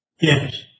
Yes